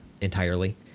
entirely